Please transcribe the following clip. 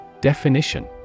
Definition